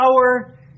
power